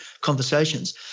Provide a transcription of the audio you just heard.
conversations